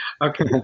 Okay